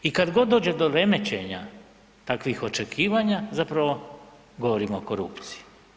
I kada god dođe do remećenja takvih očekivanja zapravo govorimo o korupciji.